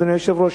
אדוני היושב-ראש,